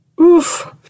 Oof